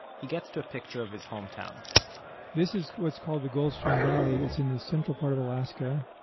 he gets to a picture of his hometown this is what's called the goldstream valley, it's in the central part of alaska,